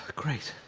great,